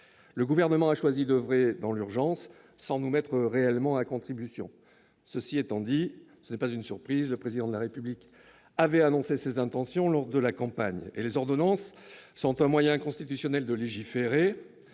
Le Gouvernement a choisi d'oeuvrer dans l'urgence, sans nous mettre réellement à contribution. Pour autant, cela n'est en rien une surprise : le Président de la République avait annoncé ses intentions lors de la campagne, et les ordonnances sont un moyen constitutionnel de légiférer.